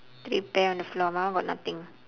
three pear on the floor my one got nothing